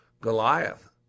Goliath